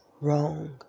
wrong